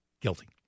guilty